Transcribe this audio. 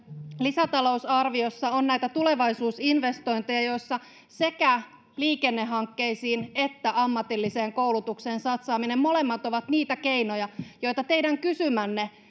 lisätalousarviossa on näitä tulevaisuusinvestointeja joissa sekä liikennehankkeisiin että ammatilliseen koulutukseen satsaaminen ovat molemmat niitä keinoja joita teidän kysymänne